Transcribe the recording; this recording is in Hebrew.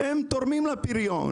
כי הם תורמים לפריון.